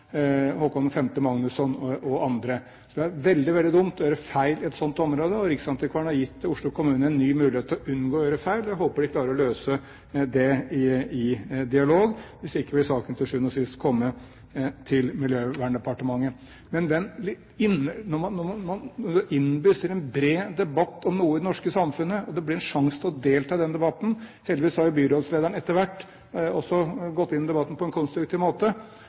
og andre. Så det er veldig, veldig dumt å gjøre feil i et slikt område, og riksantikvaren har gitt Oslo kommune en ny mulighet til å unngå å gjøre feil. Jeg håper de klarer å løse det i dialog, hvis ikke vil saken til sjuende og sist komme til Miljøverndepartementet. Når man innbys til en bred debatt om noe i det norske samfunnet og det blir en sjanse til å delta i den debatten – heldigvis har jo byrådslederen etter hvert også gått inn i debatten på en konstruktiv måte